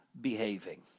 behaving